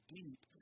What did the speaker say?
deep